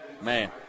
man